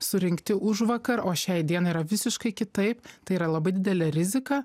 surinkti užvakar o šiai dienai yra visiškai kitaip tai yra labai didelė rizika